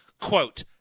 Quote